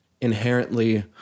inherently